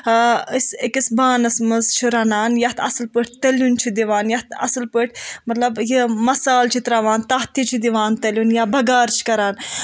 ہا أسۍ أکِس بانس منٛز چھِ رَنان یَتھ اصل پٲٹھۍ تٔلِیُن چھِ دِوان یَتھ اصل پٲٹھۍ مطلب یہِ مسالہٕ چھِ تراوان تَتھ تہِ چھِ دِوان تٔلِیُن یا بَگارٕ چھِ کَران